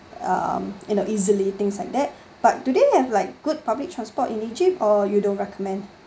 um you know easily things like that but do they have like good public transport in egypt or you don't recommend